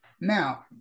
Now